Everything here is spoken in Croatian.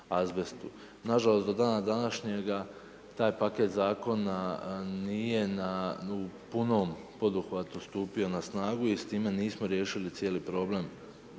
Nažalost do dana današnjega taj paket zakona nije u punom poduhvatu stupio na snagu i s time nismo riješili cijeli problem